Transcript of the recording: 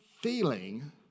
feeling